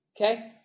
Okay